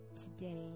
today